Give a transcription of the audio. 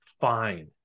fine